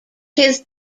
his